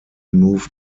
moved